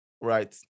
right